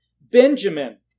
Benjamin